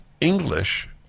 English